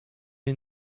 est